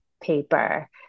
paper